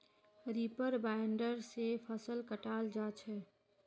reaper binder से फसल कटाल जा छ